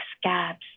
scabs